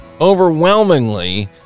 overwhelmingly